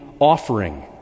offering